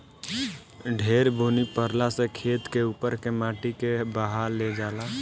ढेर बुनी परला से खेत के उपर के माटी के बहा ले जाला